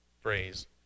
phrase